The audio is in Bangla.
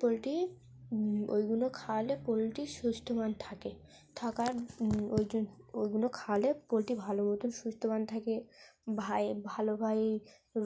পোলট্রি ওইগুলো খাওয়ালে পোলট্রি সুস্থ থাকে থাকার ওই জন্য ওইগুলো খাওয়ালে পোলট্রি ভালো মতন সুস্থ থাকে ভাবে ভালোভাবে